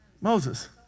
Moses